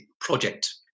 project